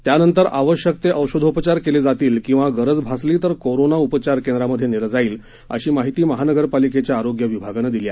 त्यानंतर आवश्यक ते औषधोपचार केले जातील किंवा गरज भासली तर कोरोना उपचार केंद्रामध्ये नेलं जाईल अशी माहिती महानगरपालिकेच्या आरोग्य विभागानं दिली